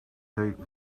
hate